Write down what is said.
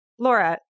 Laura